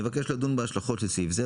נבקש לדון בהשלכות של סעיף זה,